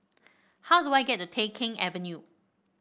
how do I get the Tai Keng Avenue